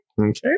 Okay